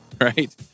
Right